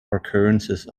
occurrences